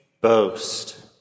boast